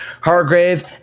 Hargrave